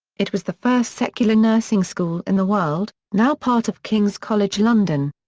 it was the first secular nursing school in the world, now part of king's college london.